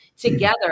together